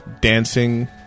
dancing